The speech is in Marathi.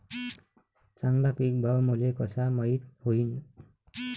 चांगला पीक भाव मले कसा माइत होईन?